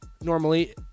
normally